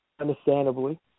understandably